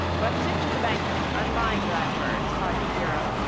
but sit to the banquet, unbind thy words, hardy hero,